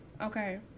Okay